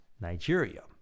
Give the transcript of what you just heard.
Nigeria